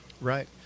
Right